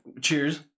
Cheers